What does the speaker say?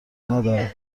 مادر